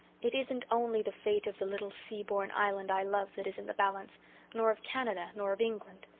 it isn't only the fate of the little sea-born island i love that is in the balance nor of canada nor of england.